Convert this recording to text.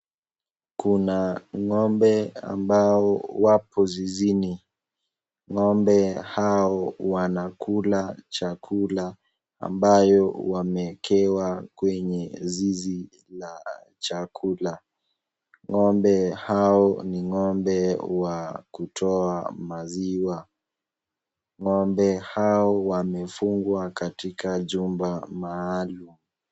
Kuna ng'ombe ambao wapo zizini. Ng'ombe hao wanakula chakula ambayo wamewekewa kwenye zizi la chakula. Ng'ombe hao ni ng'ombe wa kutoa maziwa. Ng'ombe hao wamefungwa katika jumba maalum.